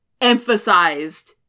emphasized